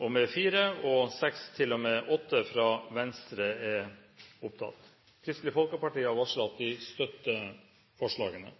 2–4 og nr. 6–8, fra Venstre. Forslag nr. 2 lyder: «Stortinget ber om at